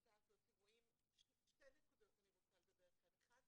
אני רוצה לדבר כאן על שתי נקודות.